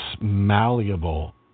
malleable